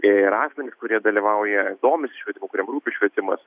ir asmenys kurie dalyvauja domisi švietimu kuriem rūpi švietimas